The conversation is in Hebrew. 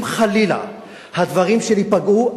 אם חלילה הדברים שלי פגעו,